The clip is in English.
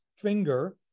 finger